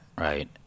Right